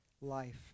life